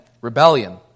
rebellion